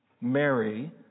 Mary